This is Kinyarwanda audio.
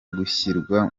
gushyirwa